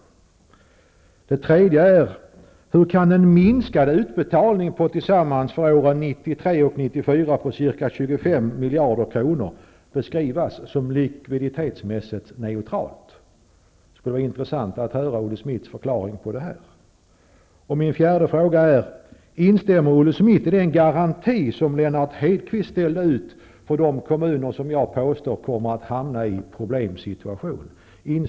För det tredje: Hur kan en minskad utbetalning för åren 1993 och 1994 på tillsammans ca 25 miljarder kronor beskrivas som likviditetsmässigt neutral? Det skulle vara intressant att höra Olle Schmidts förklaring på detta. Schmidt i den garanti som Lennart Hedquist ställde ut för de kommuner som jag påstår kommer att hamna i en problemsituation?